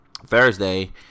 Thursday